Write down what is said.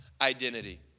identity